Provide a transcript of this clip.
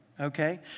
okay